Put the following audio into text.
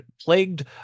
plagued